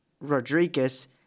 Rodriguez